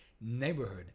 neighborhood